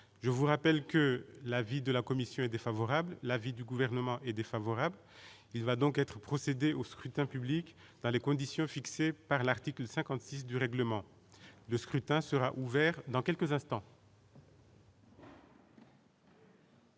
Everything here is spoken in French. je vous rappelle que l'avis de la commission est défavorable, l'avis du gouvernement est défavorable, il va donc être procédé au scrutin public dans les conditions fixées par l'article 56 du règlement de scrutin sera ouvert dans quelques instants.